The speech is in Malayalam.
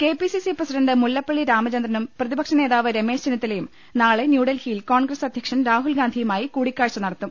K P C C president Mullappally രാമചന്ദ്രനും പ്രതിപക്ഷ നേതാവ് രമേശ് ചെന്നിത്തലയും നാളെ ഡൽഹിയിൽ കോൺഗ്രസ് അധ്യക്ഷൻ രാഹുൽഗാന്ധിയുമായി കൂടിക്കാഴ്ച നടത്തും